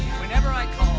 whenever i